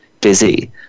busy